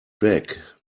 back